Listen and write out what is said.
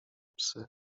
psy